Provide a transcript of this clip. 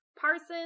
parson